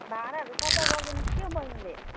भाँडाहरू सफा गर्दैन क्याउ बहिनीले